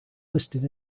listed